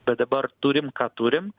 bet dabar turim ką turim